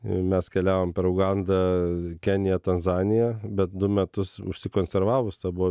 mes keliavom per ugandą keniją tanzaniją bet du metus užsikonservavus ta buvo